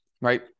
right